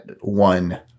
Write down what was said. one